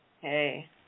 Hey